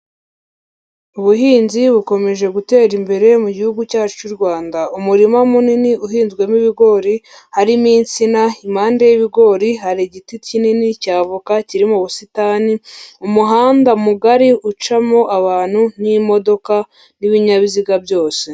Ubuhinzi bukomeje gutera imbere mu gihugu cyacu cy'u Rwanda. Umurima munini uhinzwemo ibigori; harimo intsina, impande y'ibigori hari igiti kinini cy'avoka kiri mu busitani, umuhanda mugari ucamo abantu n'imodoka n'ibinyabiziga byose.